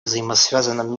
взаимозависимом